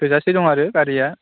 थोजासे दं आरो गारिया